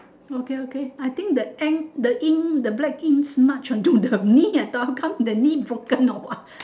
okay okay I think the and the ink the black ink smudge onto the knee I thought how come the knee broken or what